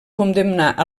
condemnar